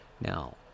now